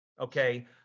Okay